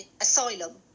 asylum